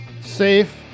safe